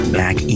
back